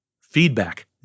Feedback